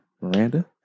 Miranda